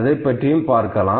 அதைப் பற்றி பார்க்கலாம்